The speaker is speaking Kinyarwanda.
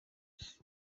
jules